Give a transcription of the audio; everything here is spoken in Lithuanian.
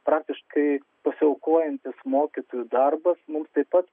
praktiškai pasiaukojantis mokytojų darbas mums taip pat